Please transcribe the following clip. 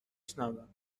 شنوم